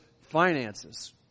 finances